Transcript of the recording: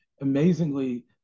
amazingly